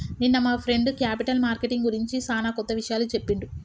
నిన్న మా friend capital marketing గురించి సానా కొత్త విషయాలు చెప్పిండు